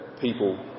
people